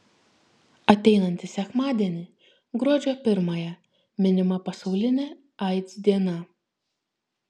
ateinantį sekmadienį gruodžio pirmąją minima pasaulinė aids diena